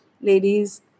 ladies